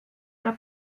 der